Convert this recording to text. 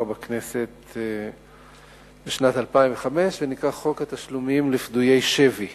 בכנסת בשנת 2005 ונקרא חוק התשלומים לפדויי שבי.